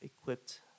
equipped